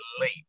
late